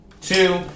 two